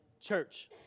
church